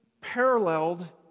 paralleled